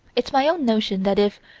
it's my own notion that if,